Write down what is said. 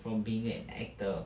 from being an actor